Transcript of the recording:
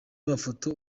mafoto